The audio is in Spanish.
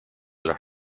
los